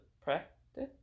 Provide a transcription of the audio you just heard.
practice